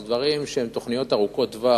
הם תוכניות ארוכות טווח,